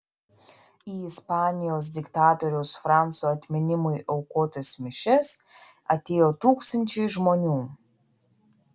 į ispanijos diktatoriaus franco atminimui aukotas mišias atėjo tūkstančiai žmonių